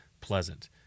pleasant